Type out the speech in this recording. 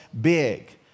big